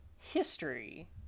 history